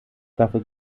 dafür